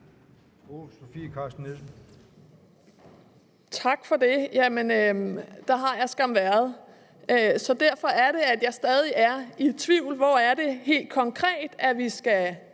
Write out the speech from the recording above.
Tak for det. Der har jeg skam været, og det er derfor, at jeg stadig væk er i tvivl om, hvor det helt konkret er, at vi skal